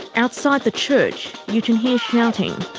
outside the church you can hear shouting.